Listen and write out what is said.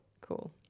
Cool